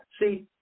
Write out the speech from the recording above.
See